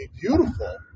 beautiful